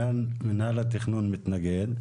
מינהל התכנון מתנגד,